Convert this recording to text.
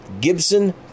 Gibson